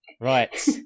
right